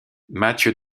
mathieu